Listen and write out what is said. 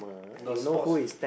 the sports